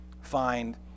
find